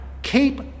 keep